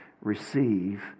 receive